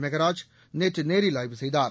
மெகராஜ் நேற்று நேரில் ஆய்வு செய்தார்